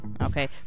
okay